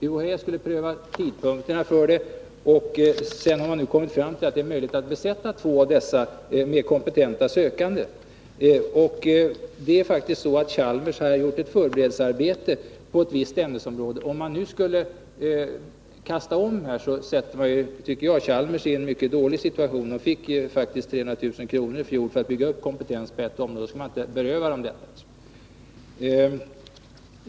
UHÄ skulle pröva tidpunkterna för dem, och sedan har man kommit fram till att det är möjligt att besätta två av dessa med kompetenta sökanden. Chalmers har gjort ett förberedelsearbete på ett visst ämnesområde. Om man nu skulle kasta om detta sätter man Chalmers i en mycket dålig situation. Chalmers fick 300 000 kr. i fjol för att bygga upp kompetensen på ett område, och då skall man inte beröva Chalmers professuren.